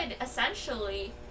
essentially